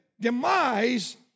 demise